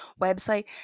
website